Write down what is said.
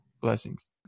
Blessings